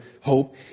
hope